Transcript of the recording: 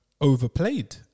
Overplayed